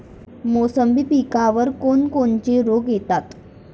मोसंबी पिकावर कोन कोनचे रोग येतात?